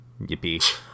Yippee